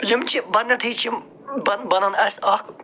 یِم چھِ بنٮ۪تھٕے چھِ یِم بن بنان اَسہِ اکھ